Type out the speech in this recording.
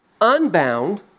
unbound